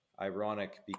ironic